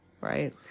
Right